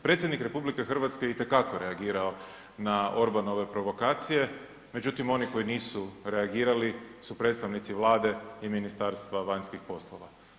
Predsjednik RH itekako je reagirao na Orbanove provokacije, međutim oni koji nisu reagirali su predstavnici Vlade i Ministarstva vanjskih poslova.